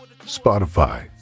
Spotify